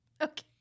Okay